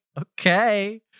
okay